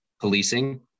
policing